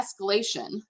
escalation